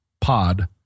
pod